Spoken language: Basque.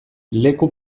leku